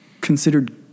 considered